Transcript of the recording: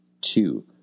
Two